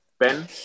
Ben